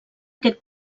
aquest